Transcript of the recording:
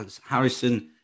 Harrison